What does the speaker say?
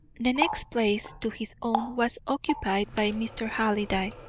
the next place to his own was occupied by mr. halliday.